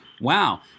Wow